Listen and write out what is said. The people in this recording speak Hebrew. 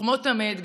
וכמו תמיד,